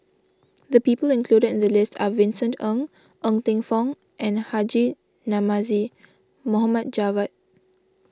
the people included in the list are Vincent Ng Ng Teng Fong and Haji Namazie Mohd Javad